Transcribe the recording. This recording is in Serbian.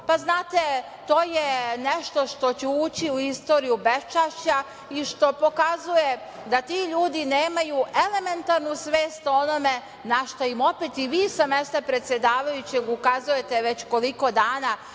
pa znate, to je nešto što će ući u istoriju beščašća i što pokazuje da ti ljudi nemaju elementarnu svest o onome na šta im opet i vi sa mesta predsedavajućeg ukazujete već koliko dana,